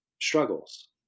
struggles